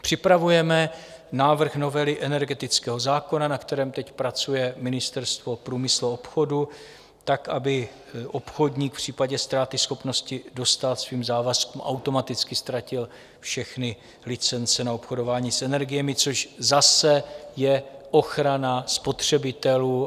Připravujeme návrh novely energetického zákona, na kterém teď pracuje Ministerstvo průmyslu a obchodu tak, aby obchodník v případě ztráty schopnosti dostát svým závazkům automaticky ztratil všechny licence na obchodování s energiemi, což zase je ochrana spotřebitelů.